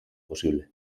posible